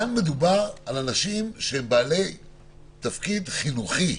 כאן מדובר על אנשים שהם בעלי תפקיד חינוכי,